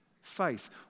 faith